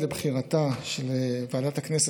עד לבחירת ועדת הכנסת,